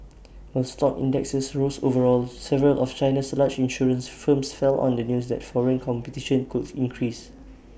while stock indexes rose overall several of China's largest insurance firms fell on the news that foreign competition could increase